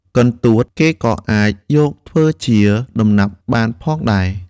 កន្ទួតគេក៏អាចយកធ្វើជា ដំណាប់បានផងដែរ។